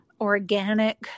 organic